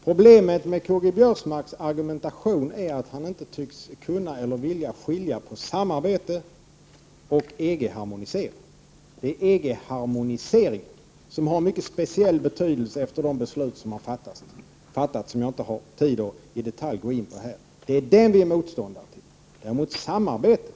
Problemet med Karl-Göran Biörsmarks argumentation är att han inte tycks vilja eller kunna skilja på samarbete och EG-harmonisering. Termen EG-harmonisering har en mycket speciell betydelse efter de beslut som har fattats, beslut som jag inte har tid att gå in på i detalj. Denna EG harmonisering är vi motståndare till. Däremot vill vi ha samarbete.